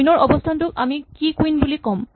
queen ৰ অৱস্হানটোক আমি কী কুইন বুলি ক'ম